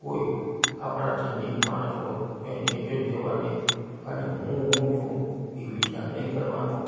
કોઈ આપણાથી નીચ માણસ હોય તો એને ઇજ્જત દેવાની અને હું હું છું એ વિચાર નહીં કરવાનો